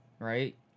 right